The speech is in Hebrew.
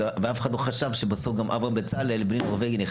אף אחד לא חשב שבסוף גם אברהם בצלאל נכנס בלי נורבגי.